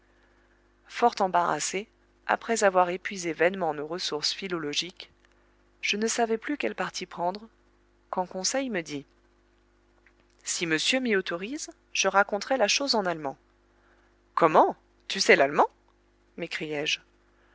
fort embarrassé après avoir épuisé vainement nos ressources philologiques je ne savais plus quel parti prendre quand conseil me dit si monsieur m'y autorise je raconterai la chose en allemand comment tu sais l'allemand